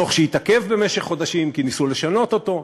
דוח שהתעכב במשך חודשים כי ניסו לשנות אותו,